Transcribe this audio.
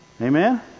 Amen